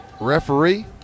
referee